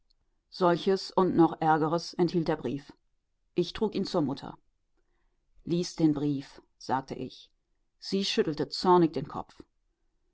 solches und noch ärgeres enthielt der brief ich trug ihn zur mutter lies den brief sagte ich sie schüttelte zornig den kopf